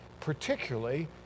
particularly